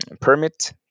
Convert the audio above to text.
permit